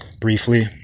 briefly